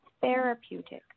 therapeutic